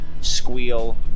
squeal